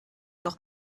noch